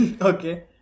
Okay